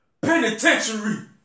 Penitentiary